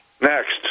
Next